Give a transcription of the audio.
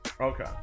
Okay